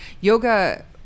Yoga